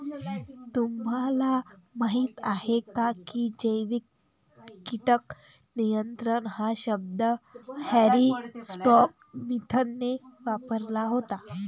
तुम्हाला माहीत आहे का की जैविक कीटक नियंत्रण हा शब्द हॅरी स्कॉट स्मिथने वापरला होता?